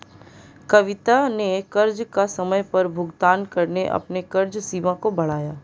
कविता ने कर्ज का समय पर भुगतान करके अपने कर्ज सीमा को बढ़ाया